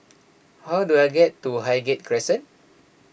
how do I get to Highgate Crescent